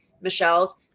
Michelle's